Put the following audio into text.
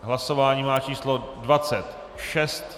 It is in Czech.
Hlasování má číslo 26.